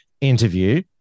interview